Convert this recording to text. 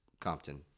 Compton